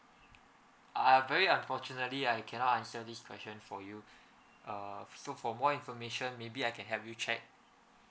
uh very unfortunately I cannot answer this question for you uh so for more information maybe I can help you check